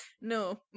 No